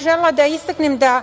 Želela bih da istaknem da